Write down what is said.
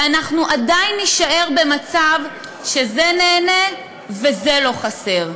ואנחנו עדיין נישאר במצב שזה נהנה וזה לא חסר.